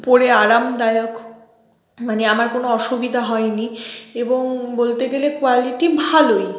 পরে আরামদায়ক মানে আমার কোনো অসুবিধা হয় নি এবং বলতে গেলে কোয়ালিটি ভালোই